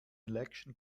election